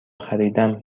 خریدم